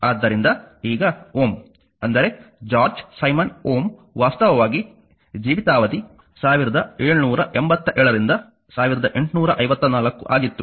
ಆದ್ದರಿಂದ ಈಗ Ω ಅಂದರೆ ಜಾರ್ಜ್ ಸೈಮನ್ ಓಮ್ ವಾಸ್ತವವಾಗಿ ಜೀವಿತಾವಧಿ 1787 ರಿಂದ 1854 ಆಗಿತ್ತು